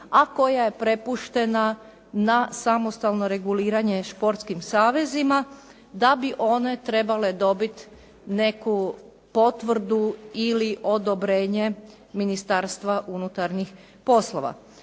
a koja je prepuštena na samostalno reguliranje športskim savezima da bi one trebale dobiti neku potvrdu ili odobrenje Ministarstva unutarnjih poslova.